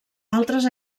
altres